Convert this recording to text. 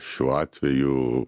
šiuo atveju